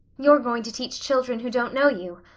you're going to teach children who don't know you,